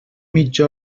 mitja